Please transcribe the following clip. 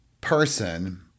person